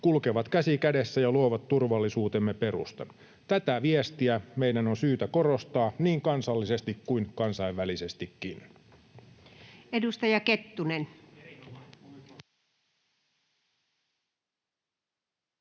kulkevat käsi kädessä ja luovat turvallisuutemme perustan. Tätä viestiä meidän on syytä korostaa niin kansallisesti kuin kansainvälisestikin.